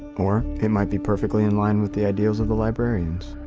or, it might be perfectly inline with the ideas of the librarians.